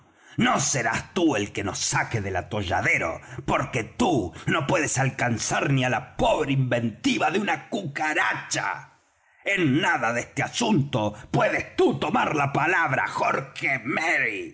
no serás tú el que nos saque del atolladero porque tú no puedes alcanzar ni á la pobre inventiva de una cucaracha en nada de este asunto puedes tú tomar la palabra jorge merry